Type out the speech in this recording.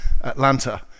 Atlanta